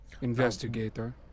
Investigator